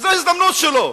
זו ההזדמנות שלו,